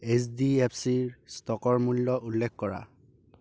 H D F C ষ্টকৰ মূল্য উল্লেখ কৰা